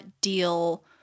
deal